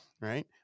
right